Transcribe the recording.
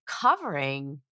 covering